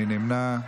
מי נמנע?